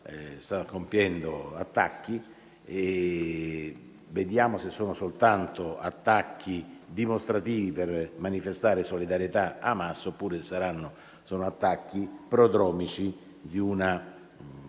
sta compiendo attacchi; vedremo se saranno soltanto attacchi dimostrativi per manifestare solidarietà ad Hamas, oppure se sono prodromici di